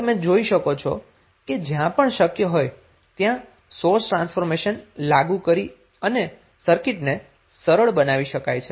આમ તમે જોઈ શકો છો કે જ્યાં પણ શક્ય હોય ત્યાં સોર્સ ટ્રાન્સફોર્મેશન લાગુ કરી અને સર્કિટને સરળ બનાવી શકાય છે